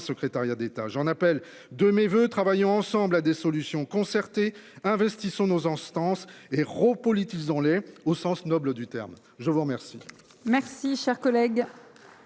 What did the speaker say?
secrétariat d'État. J'en appelle de mes voeux, travaillons ensemble à des solutions concertées investissons nos instances hé ros politisant les au sens noble du terme. Je vous remercie.